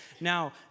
Now